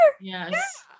Yes